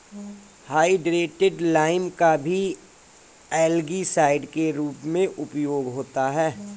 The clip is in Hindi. हाइड्रेटेड लाइम का भी एल्गीसाइड के रूप में उपयोग होता है